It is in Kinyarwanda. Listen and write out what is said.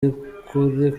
y’ukuri